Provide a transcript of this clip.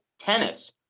Tennis